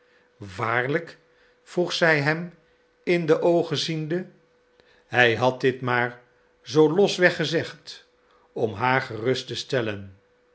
waarlijk vroeg zij hem in de oogen ziende hij had dit maar zoo losweg gezegd om haar gerust te stellen